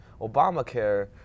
Obamacare